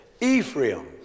Ephraim